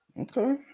Okay